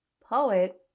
Poet